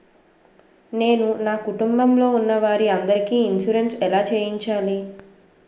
నేను నా కుటుంబం లొ ఉన్న వారి అందరికి ఇన్సురెన్స్ ఎలా చేయించాలి?